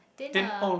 dinner